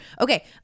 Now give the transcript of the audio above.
Okay